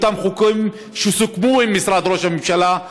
אותם חוקים שסוכמו עם משרד ראש הממשלה,